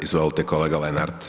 Izvolite kolega Lenart.